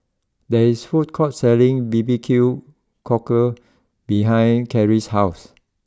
there is a food court selling B B Q cockle behind Kerry's house